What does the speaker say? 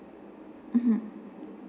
mmhmm